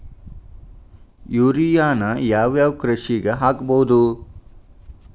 ಯೂರಿಯಾನ ಯಾವ್ ಯಾವ್ ಕೃಷಿಗ ಹಾಕ್ಬೋದ?